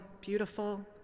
beautiful